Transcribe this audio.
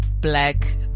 black